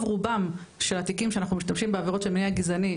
רובם של התיקים שאנחנו משתמשים בעבירות של מניע גזעני,